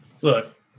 Look